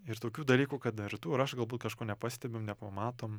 ir tokių dalykų kad ir tu ir aš galbūt kažko nepastebim nepamatom